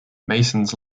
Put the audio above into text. masons